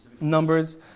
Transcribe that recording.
Numbers